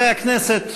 חברי הכנסת,